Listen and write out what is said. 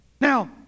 Now